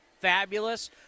fabulous